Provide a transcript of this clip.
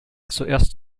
zuerst